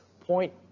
point